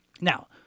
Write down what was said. Now